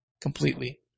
completely